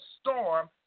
storm